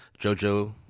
Jojo